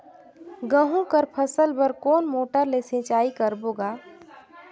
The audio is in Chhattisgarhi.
गहूं कर फसल बर कोन मोटर ले सिंचाई करबो गा?